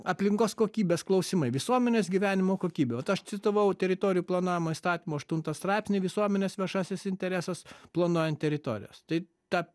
aplinkos kokybės klausimai visuomenės gyvenimo kokybė vat aš citavau teritorijų planavimo įstatymo aštuntą straipsnį visuomenės viešasis interesas planuojant teritorijas tai ta